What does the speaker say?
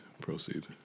Proceed